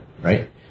right